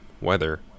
weather